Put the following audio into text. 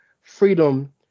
freedom